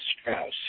Strauss